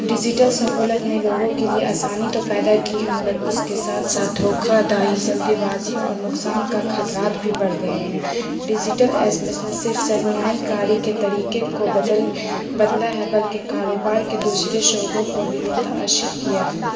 digital سہولت نے لوگوں کے لیے آسانی تو پیدا کی ہے مگر اس کے ساتھ ساتھ دھوکھا داہی جلدی بازی اور نقصان کا کھطرات بھی بڑھ گئے ہیں ڈیجیٹل اسپس نے صرف سرمیائی کاری کے طریقے کو بدل بدلا ہے بلکہ کاروبار کے دوسرے شعبوں کو بھی متاثر کیا ہے